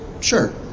sure